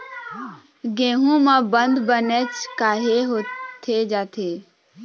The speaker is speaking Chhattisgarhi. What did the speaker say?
गेहूं म बंद बनेच काहे होथे जाथे?